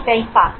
এটাই কাজ